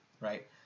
Right